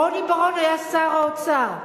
רוני בר-און היה שר האוצר,